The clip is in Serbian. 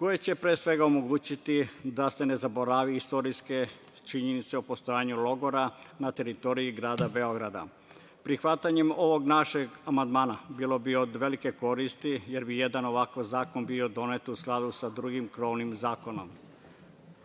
koji će, pre svega, omogućiti da se ne zaborave istorijske činjenice o postojanju logora na teritoriji grada Beograda. Prihvatanje ovog našeg amandmana bilo bi od velike koristi, jer bi jedan ovakav zakon bio donet u skladu sa drugim krovim zakonom.